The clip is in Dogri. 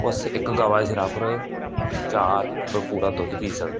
ओह् अस इक गवा दे सिरे उप्पर चार टब्बर पूरा दुद्ध पी सकदे